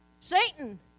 Satan